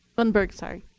lundberg, sorry.